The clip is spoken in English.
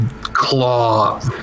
claw